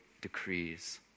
decrees